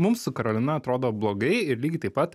mums su karolina atrodo blogai ir lygiai taip pat